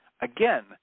Again